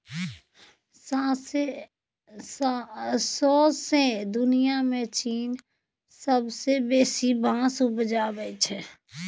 सौंसे दुनियाँ मे चीन सबसँ बेसी बाँस उपजाबै छै